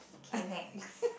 K next